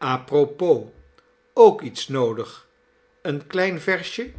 spitsen apropos ook iets noodig een klein versje